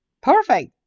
Perfect